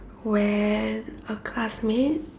when a classmate